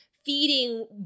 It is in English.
feeding